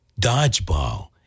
dodgeball